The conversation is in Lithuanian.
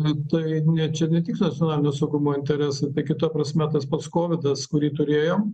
tai čia ne tik nacionalinio saugumo interesai tai kita prasme tas pats kovidas kurį turėjom